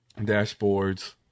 dashboards